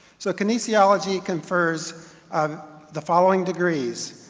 so kinesiology confers um the following degrees,